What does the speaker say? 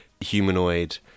humanoid